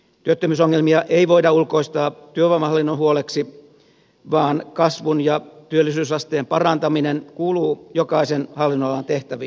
työttömyysongelmia ei voida ulkoistaa työvoimahallinnon huoleksi vaan kasvun ja työllisyysasteen parantaminen kuuluu jokaisen hallinnonalan tehtäviin